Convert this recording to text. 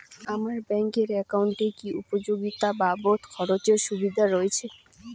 আমার ব্যাংক এর একাউন্টে কি উপযোগিতা বাবদ খরচের সুবিধা রয়েছে?